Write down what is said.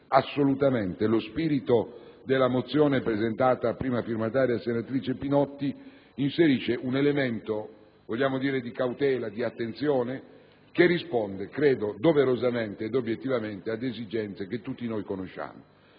assolutamente lo spirito della mozione presentata a prima firmataria dalla senatrice Pinotti, inserisce un elemento di cautela ed attenzione che risponde doverosamente e obiettivamente ad esigenze che tutti noi conosciamo.